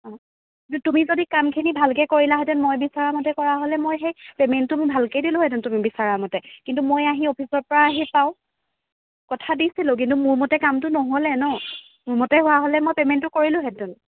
অঁ তুমি যদি কামখিনি ভালকৈ কৰিলাহেতেঁন মই বিচৰা মতে কৰা হ'লে মই সেই পেমেণ্টটো মই ভালকেই দিলোঁ হেতেঁন তুমি বিচৰামতে কিন্তু মই আহি অফিচৰ পৰা আহি পাওঁ কথা দিছিলোঁ কিন্তু মোৰ মতে কামটো নহ'লে ন মোৰ মতে হোৱা হ'লে মই পেমেণ্টটো কৰিলোহেতেঁন